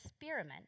experiment